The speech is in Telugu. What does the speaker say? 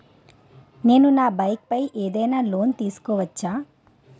నేను నా బైక్ పై ఏదైనా లోన్ తీసుకోవచ్చా?